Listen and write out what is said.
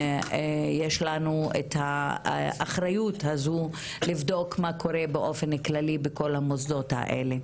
לנו האחריות הזאת לבדוק מה קורה באופן כללי בכל המוסדות האלה.